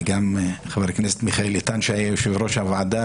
חבר הכנסת מיכאל איתן שהיה יושב-ראש הוועדה,